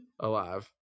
Alive